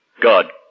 God